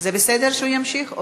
זה בסדר שהוא ימשיך?